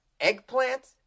eggplant